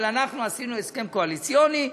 אבל אנחנו עשינו הסכם קואליציוני,